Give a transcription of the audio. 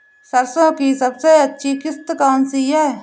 सरसो की सबसे अच्छी किश्त कौन सी है?